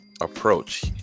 approach